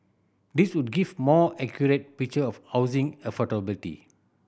these would give more accurate picture of housing affordability